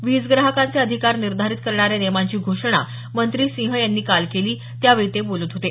वीज ग्राहकांचे अधिकार निर्धारित करणाऱ्या नियमांची घोषणा मंत्री सिंह यांनी काल केली त्यावेळी ते बोलत होते